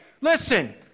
listen